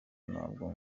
nabwo